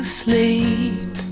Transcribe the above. sleep